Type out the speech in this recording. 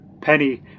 Penny